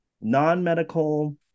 non-medical